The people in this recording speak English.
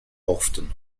often